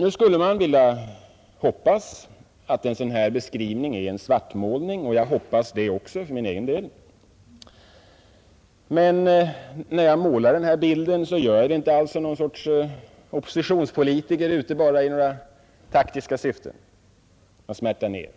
Nu skulle man vilja hoppas att en sådan här beskrivning är en svartmålning. Jag hoppas det också för min egen del, men när jag målar denna bild gör jag det inte som en oppositionspolitiker som är ute i det taktiska syftet att svärta ned.